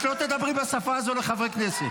את לא תדבר בשפה הזו לחברי הכנסת.